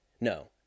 No